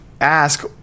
Ask